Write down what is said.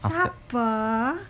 supper